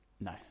No